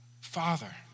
father